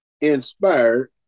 inspired